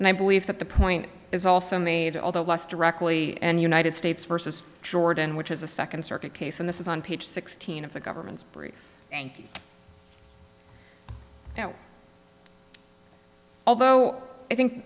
and i believe that the point is also made although less directly and united states versus jordan which is a second circuit case and this is on page sixteen of the government's brief and now although i think